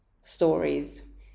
stories